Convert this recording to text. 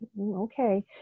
okay